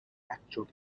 actual